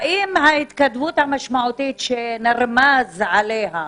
האם ההתקדמות המשמעותית שנרמז עליה,